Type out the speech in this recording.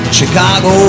Chicago